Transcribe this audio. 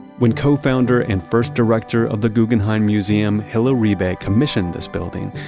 when co-founder and first director of the guggenheim museum, hillary bay, commissioned this building,